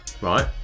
Right